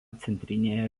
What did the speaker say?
centrinėje